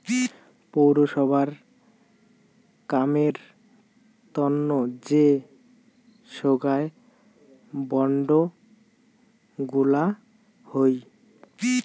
পৌরসভার কামের তন্ন যে সোগায় বন্ড গুলা হই